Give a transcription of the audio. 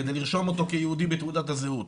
כדי לשמור אותו כיהודי בתעודת הזהות.